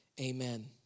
Amen